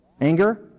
Anger